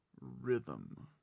Rhythm